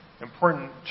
important